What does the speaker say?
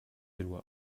éloy